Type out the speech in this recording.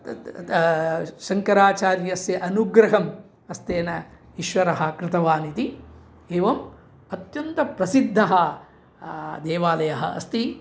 तत् तस्य शङ्कराचार्यस्य अनुग्रहः हस्तेन ईश्वरः कृतवान् इति एवम् अत्यन्तः प्रसिद्धः देवालयः अस्ति